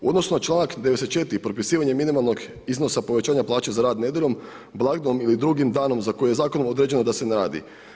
U odnosu na članak 94. propisivanje minimalnog iznosa povećanja plaća za rad nedjeljom, blagdanom ili drugim danom za koje je zakonom određeno da se ne radi.